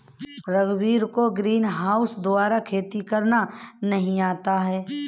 रघुवीर को ग्रीनहाउस द्वारा खेती करना नहीं आता है